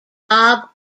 bob